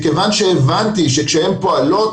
מכיוון שהבנתי שכשהן פועלות,